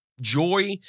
Joy